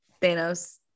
Thanos